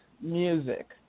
music